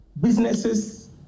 Businesses